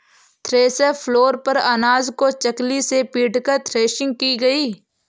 thresher floor पर अनाज को चकली से पीटकर थ्रेसिंग की गई